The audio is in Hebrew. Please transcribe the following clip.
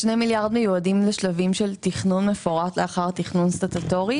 ה-2 מיליארד מיועדים לשלבים של תכנון מפורט לאחר תכנון סטטוטורי.